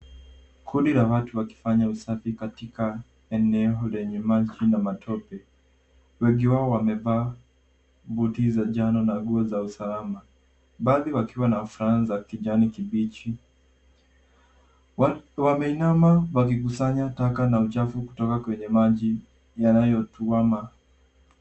Kundi la watu wakifanya usafi katika eneo lenye maji na matope. Wengi wao wamevaa buti za njano na nguo za usalama. Baadhi wakiwa na fulana za kijani kibichi. Wameinama wakikusanya taka na uchafu kutoka kwenye maji yanayotuama.